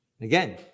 Again